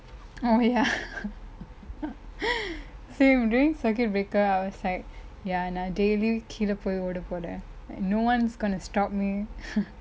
oh ya same during circuit breaker I was like ya நா:naa daily கீழ போய் ஓட போரேன்: kiizha pooy ooda pooreen like no one's gonna stop me